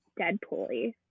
Deadpool-y